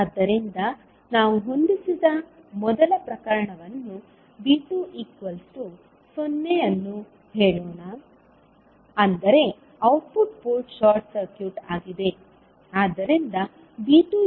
ಆದ್ದರಿಂದ ನಾವು ಹೊಂದಿಸಿದ ಮೊದಲ ಪ್ರಕರಣವನ್ನು V2 0 ಅನ್ನು ಹೇಳೋಣ ಅಂದರೆ ಔಟ್ಪುಟ್ ಪೋರ್ಟ್ ಶಾರ್ಟ್ ಸರ್ಕ್ಯೂಟ್ ಆಗಿದೆ